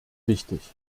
wichtig